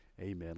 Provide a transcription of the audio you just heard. Amen